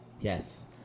Yes